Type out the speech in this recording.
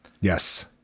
Yes